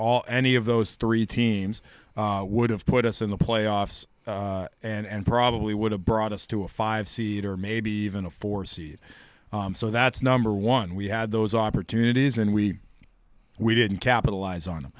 all any of those three teams would have put us in the playoffs and probably would have brought us to a five seed or maybe even a four seed so that's number one we had those opportunities and we we didn't capitalize on them